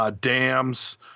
dams